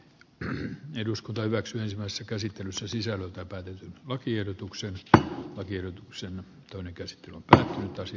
krn eduskunta hyväksyi ensimmäisen käsittelyn se sisältää päätyi lakiehdotuksen saa oikeutuksena toinen keski kansalaiset edellyttävät